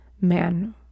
man